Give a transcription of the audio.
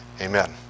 Amen